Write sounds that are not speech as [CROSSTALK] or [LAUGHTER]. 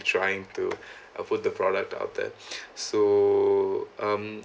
trying to [BREATH] uh put the product to out there [BREATH] so um